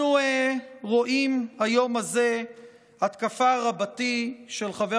אנחנו רואים היום הזה התקפה רבתי של חבר